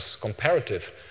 comparative